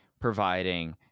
providing